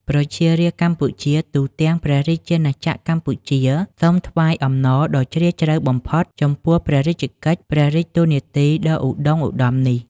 ប្រជារាស្រ្តកម្ពុជាទូទាំង ព្រះរាជាណាចក្រកម្ពុជា សូមថ្វាយអំណរដ៏ជ្រាលជ្រៅបំផុត ចំពោះព្ររាជកិច្ច ព្រះរាជតួនាទីដ៏ឧត្តុង្គឧត្តមនេះ។